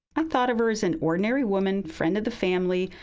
i thought of her as an ordinary woman, friend of the family,